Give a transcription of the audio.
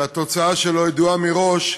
שהתוצאה שלו ידועה מראש,